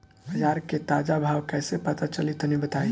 बाजार के ताजा भाव कैसे पता चली तनी बताई?